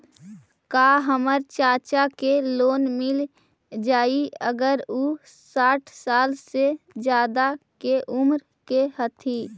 का हमर चाचा के लोन मिल जाई अगर उ साठ साल से ज्यादा के उमर के हथी?